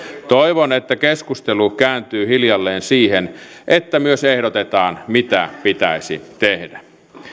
toivon että keskustelu kääntyy hiljalleen siihen että myös ehdotetaan mitä pitäisi tehdä